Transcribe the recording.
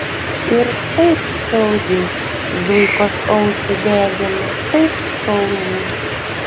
ir taip skaudžiai zuikos ausį degina taip skaudžiai